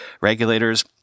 Regulators